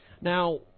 now